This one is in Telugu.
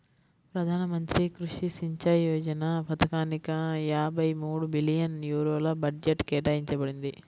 ప్రధాన మంత్రి కృషి సించాయ్ యోజన పథకానిక యాభై మూడు బిలియన్ యూరోల బడ్జెట్ కేటాయించబడింది